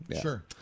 Sure